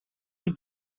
die